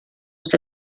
was